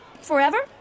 Forever